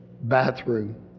bathroom